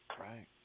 right